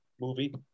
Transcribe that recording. movie